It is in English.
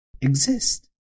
exist